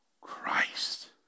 Christ